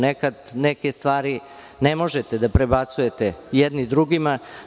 Nekad neke stvari ne možete da prebacujete jedni drugima.